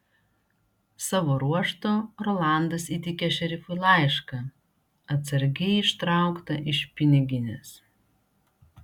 savo ruožtu rolandas įteikė šerifui laišką atsargiai ištrauktą iš piniginės